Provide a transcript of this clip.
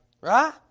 right